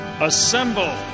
Assemble